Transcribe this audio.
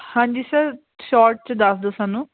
ਹਾਂਜੀ sir short 'ਚ ਦੱਸ ਦਿਉ ਸਾਨੂੰ